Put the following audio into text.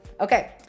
okay